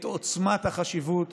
את עוצמת החשיבות.